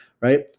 right